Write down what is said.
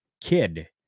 Kid